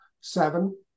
seven